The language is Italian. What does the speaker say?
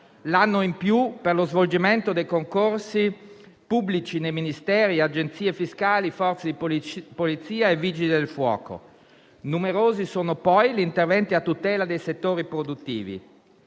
l'anno in più per lo svolgimento dei concorsi pubblici in Ministeri, agenzie fiscali, forze di polizia e vigili del fuoco. Numerosi sono poi gli interventi a tutela dei settori produttivi,